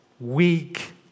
weak